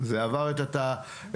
זה עבר את ההליך.